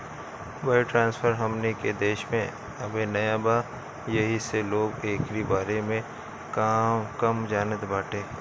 wire transfer हमनी के देश में अबे नया बा येही से लोग एकरी बारे में कम जानत बाटे